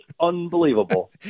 unbelievable